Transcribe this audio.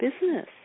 business